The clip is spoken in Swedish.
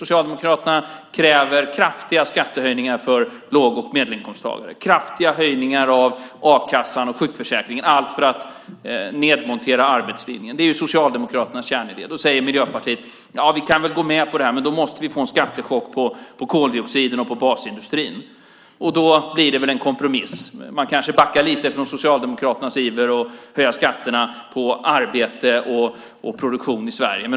Socialdemokraterna kräver kraftiga skattehöjningar för låg och medelinkomsttagare och kraftiga höjningar av a-kassan och sjukförsäkringen - allt för att nedmontera arbetslinjen. Det är ju Socialdemokraternas kärnidé. Då säger Miljöpartiet: Ja, vi kan väl gå med på det här. Men då måste vi få en skattechock på koldioxiden och på basindustrin. Då blir det väl en kompromiss. Kanske backar man lite från Socialdemokraternas iver att höja skatter på arbete och produktion i Sverige.